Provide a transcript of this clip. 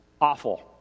awful